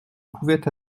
pouvait